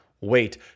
wait